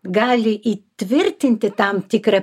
gali įtvirtinti tam tikrą